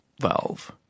valve